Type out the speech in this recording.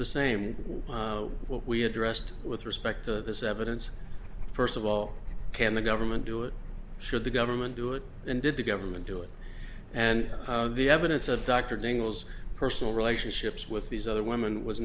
the same one we addressed with respect to this evidence first of all can the government do it should the government do it and did the government do it and the evidence of dr dingell's personal relationships with these other women was